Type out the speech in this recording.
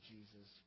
Jesus